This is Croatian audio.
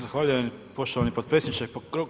Zahvaljujem poštovani potpredsjedniče.